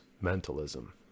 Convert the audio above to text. mentalism